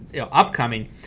upcoming